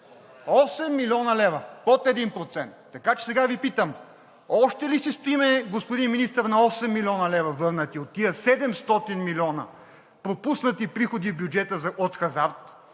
8 млн. лв., под 1%. Така че сега Ви питам: още ли си стоим, господин Министър, на 8 млн. лв. върнати от тези 700 милиона пропуснати приходи в бюджета от хазарт,